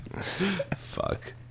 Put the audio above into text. fuck